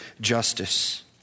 justice